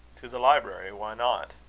to the library why not?